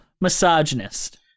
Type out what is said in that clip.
misogynist